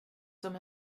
som